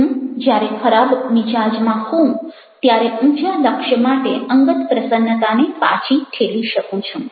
હું જ્યારે ખરાબ મિજાજમાં હોઉં ત્યારે ઉંચા લક્ષ્ય માટે અંગત પ્રસન્નતાને પાછી ઠેલી શકું છું